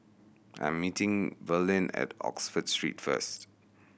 I'm meeting Verlyn at Oxford Street first